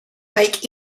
like